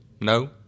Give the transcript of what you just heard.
no